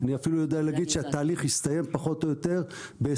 אני אפילו יודע להגיד שהתהליך יסתיים פחות או יותר ב-2025.